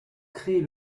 créer